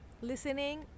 listening